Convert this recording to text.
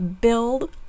build